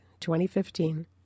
2015